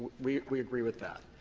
we we agree with that.